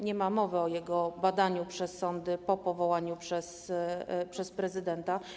Nie ma mowy o jego badaniu przez sądy po powołaniu przez prezydenta.